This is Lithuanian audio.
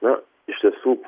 na iš tiesų